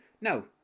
no